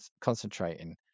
concentrating